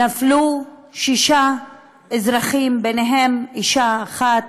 נפלו שישה אזרחים, ובהם אישה אחת,